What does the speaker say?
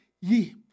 ye